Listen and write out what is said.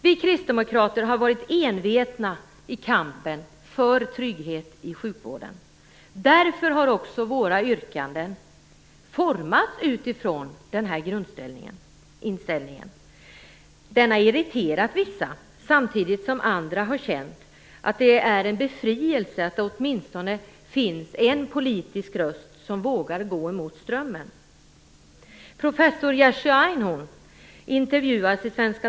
Vi kristdemokrater har varit envetna i kampen för trygghet i sjukvården. Därför har också våra yrkanden formats utifrån den grundinställningen. Den har irriterat vissa, samtidigt som andra har känt att det är en befrielse att det åtminstone finns en politisk röst som vågar gå emot strömmen.